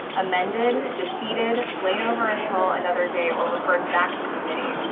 amended, defeated, laid over until another day, or referred back to committee,